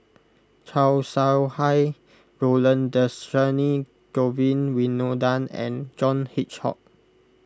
Chow Sau Hai Roland Dhershini Govin Winodan and John Hitchcock